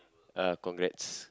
ah congrats